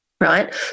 right